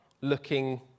looking